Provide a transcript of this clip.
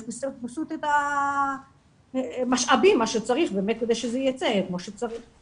פשוט את המשאבים מה שצריך כדי שזה ייצא כמו שצריך.